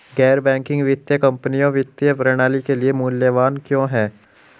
गैर बैंकिंग वित्तीय कंपनियाँ वित्तीय प्रणाली के लिए मूल्यवान क्यों हैं?